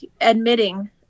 admitting